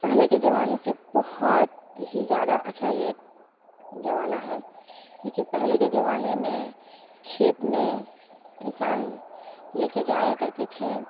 پہلے کے زمانے سے بہت ہی زیادہ اچھا یہ زمانہ ہے کیونکہ پہلے کے زمانے میں کھیت میں انسان لے کے جایا کرتے تھے